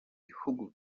bihugu